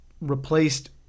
replaced